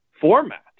format